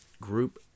group